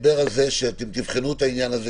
דיבר על זה שאתם תבחנו את העניין הזה.